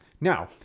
Now